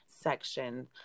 section